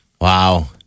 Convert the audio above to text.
Wow